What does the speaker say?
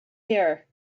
here